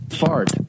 fart